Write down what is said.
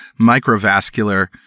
microvascular